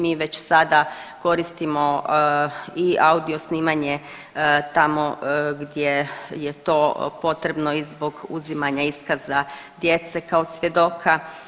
Mi već sada koristimo i audio snimanje tamo gdje je to potrebno i zbog uzimanja iskaza djece kao svjedoka.